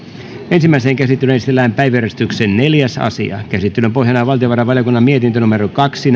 ensimmäiseen käsittelyyn esitellään päiväjärjestyksen neljäs asia käsittelyn pohjana on valtiovarainvaliokunnan mietintö kaksi